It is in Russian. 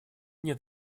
нет